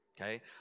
Okay